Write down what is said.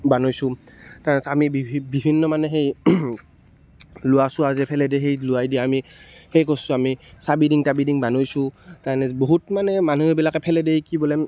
বনাইছোঁ তাৰ পাছত আমি বিভিন্ন মানে সেই লোহা চোহা যে পেলাই দিয়ে সেই লোহাই দি আমি সেই কৰিছোঁ আমি চাবি ৰিং তাবি ৰিং বনাইছোঁ তাৰ মানে বহুত মানে মানুহবিলাকে পেলাই দিয়া কি বোলে